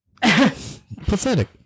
Pathetic